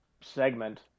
segment